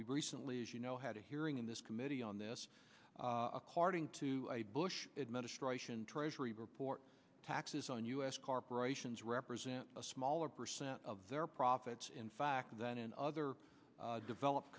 we recently as you know had a hearing in this committee on this according to bush administration treasury report taxes on us corporations represent a smaller percent of their profits in fact than in other developed